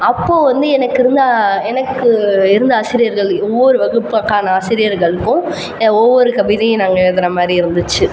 அப்போது வந்து எனக்கு இருந்த எனக்கு இருந்த ஆசிரியர்கள் ஒவ்வொரு வகுப்புக்கான ஆசிரியர்களுக்கும் ஒவ்வொரு கவிதையும் நாங்கள் எழுதுகிற மாதிரி இருந்துச்சு